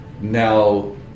now